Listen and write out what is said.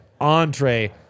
entree